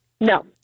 No